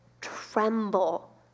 tremble